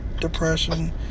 depression